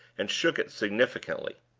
and shook it significantly.